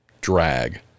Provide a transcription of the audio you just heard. drag